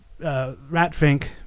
Ratfink